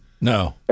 No